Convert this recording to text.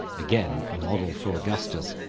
again a model for augustus,